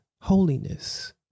holiness